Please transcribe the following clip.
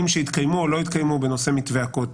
שהתקיימו או לא התקיימו בנושא מתווה הכותל.